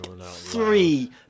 three